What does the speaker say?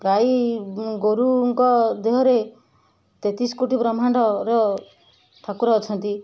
ଗାଈ ଗୋରୁ ଙ୍କ ଦେହରେ ତେତିଶି କୋଟି ବ୍ରହ୍ମାଣ୍ଡର ଠାକୁର ଅଛନ୍ତି